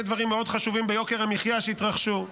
דברים מאוד חשובים בקשר ליוקר המחיה שהתרחשו.